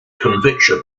conviction